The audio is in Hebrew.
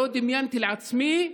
לא דמיינתי לעצמי,